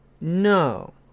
No